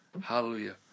Hallelujah